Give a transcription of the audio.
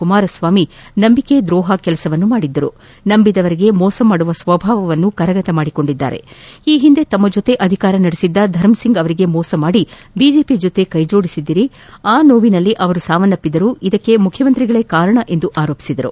ಕುಮಾರ ಸ್ನಾಮಿ ನಂಬಿಕೆ ದ್ರೋಪ ಕೆಲಸವನ್ನು ಮಾಡಿದರು ನಂಬಿದವರಿಗೆ ಮೋಸ ಮಾಡುವ ಸ್ವಭಾವವನ್ನು ಕರಗತ ಮಾಡಿಕೊಂಡಿದ್ದಾರೆ ಈ ಹಿಂದೆ ತಮ್ನ ಜೊತೆ ಅಧಿಕಾರ ನಡೆಸಿದ್ದ ಧರ್ಮಸಿಂಗ್ ಅವರಿಗೆ ಮೋಸ ಮಾಡಿ ಬಿಜೆಪಿ ಜೊತೆ ಕೈಜೋಡಿಸಿದ್ದೀರಿ ಆ ನೋವಿನಲ್ಲಿ ಅವರು ಸಾವನ್ನಪ್ಪದರು ಇದಕ್ಕೆ ಮುಖ್ಯಮಂತ್ರಿಗಳೇ ಕಾರಣ ಆರೋಪಿಸಿದರು